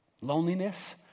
Loneliness